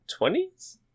20s